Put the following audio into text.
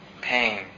pain